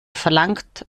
verlangt